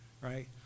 Right